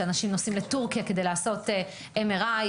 שאנשים נוסעים לטורקיה כדי לעשות MRI,